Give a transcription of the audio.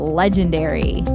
legendary